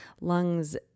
lungs